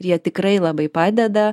jie tikrai labai padeda